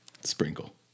sprinkle